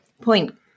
point